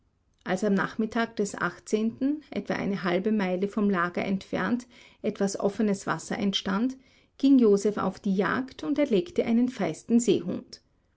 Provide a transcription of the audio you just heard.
als am nachmittag des etwa eine halbe meile vom lager entfernt etwas offenes wasser entstand ging joseph auf die jagd und erlegte einen feisten seehund